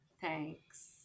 Thanks